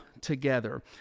together